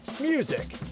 music